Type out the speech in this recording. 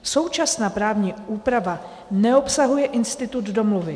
Současná právní úprava neobsahuje institut domluvy.